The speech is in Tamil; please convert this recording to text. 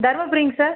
தருமபுரிங்க சார்